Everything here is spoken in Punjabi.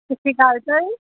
ਸਤਿ ਸ਼੍ਰੀ ਅਕਾਲ ਸਰ